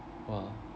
!wah!